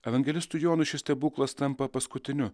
evangelistui jonui šis stebuklas tampa paskutiniu